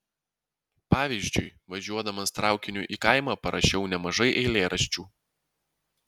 pavyzdžiui važiuodamas traukiniu į kaimą parašiau nemažai eilėraščių